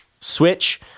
switch